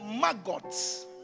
maggots